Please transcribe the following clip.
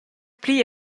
pli